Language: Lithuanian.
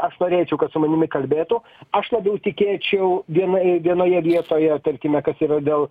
aš norėčiau kad su manimi kalbėtų aš labai tikėčiau vienoj vienoje vietoje tarkime kad yra dėl